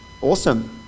awesome